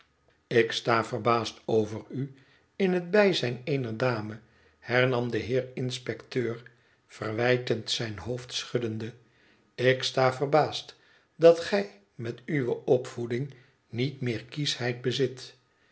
ik sta verbaasd over u in het bijzijn eener dame hernam de heer inspecteur verwijtend zijn hoofd schuddende ik sta verbaasd dat gij met uwe opvoeding niet meer kieschheid bezit